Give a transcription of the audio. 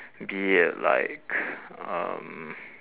be it like um